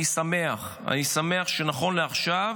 אני שמח, אני שמח שנכון לעכשיו